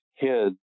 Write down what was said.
kids